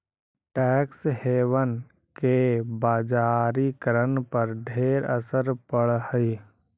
tax haven के बजारिकरण पर ढेर असर पड़ हई